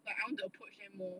like I want to approach them more